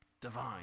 divine